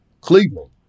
Cleveland